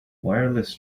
wireless